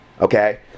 Okay